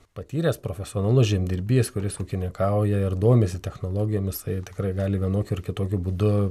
patyręs profesionalus žemdirbys kuris ūkininkauja ir domisi technologijomis tai tikrai gali vienokiu ar kitokiu būdu